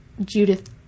Judith